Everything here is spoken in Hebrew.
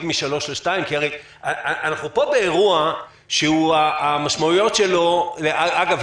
מ-3 ל-2 כי אנחנו פה באירוע שהמשמעויות שלו אגב,